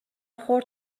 خورد